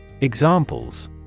Examples